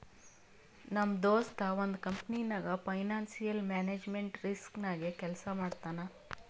ನಮ್ ದೋಸ್ತ ಒಂದ್ ಕಂಪನಿನಾಗ್ ಫೈನಾನ್ಸಿಯಲ್ ಮ್ಯಾನೇಜ್ಮೆಂಟ್ ರಿಸ್ಕ್ ನಾಗೆ ಕೆಲ್ಸಾ ಮಾಡ್ತಾನ್